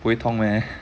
不会痛 meh